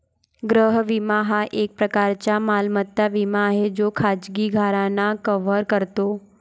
गृह विमा हा एक प्रकारचा मालमत्ता विमा आहे जो खाजगी घरांना कव्हर करतो